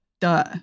Duh